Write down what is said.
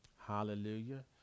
Hallelujah